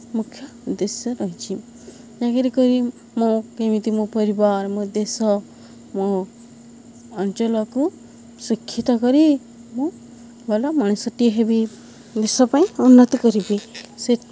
ମୁଖ୍ୟ ଉଦ୍ଦେଶ୍ୟ ରହିଛିି ଚାକିରି କରି ମୋ କେମିତି ମୋ ପରିବାର ମୋ ଦେଶ ମୋ ଅଞ୍ଚଳକୁ ଶିକ୍ଷିତ କରି ମୁଁ ଭଲ ମଣିଷଟିଏ ହେବି ଦେଶ ପାଇଁ ଉନ୍ନତି କରିବି ସେ